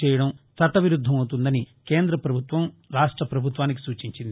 చేయదం చట్ట విరుద్దం అవుతుందని కేంద్ర ప్రభుత్వం రాష్ట ప్రభుత్వానికి సూచించింది